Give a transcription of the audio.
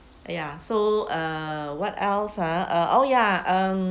ya so err what else ah uh oh ya um